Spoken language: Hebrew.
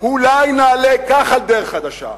אולי נעלה כך על דרך חדשה.